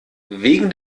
wegen